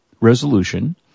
resolution